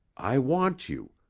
i want you.